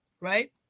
right